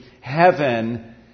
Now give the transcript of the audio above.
heaven